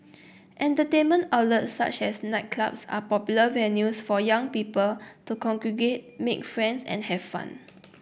entertainment outlets such as nightclubs are popular venues for young people to congregate make friends and have fun